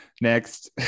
Next